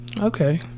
Okay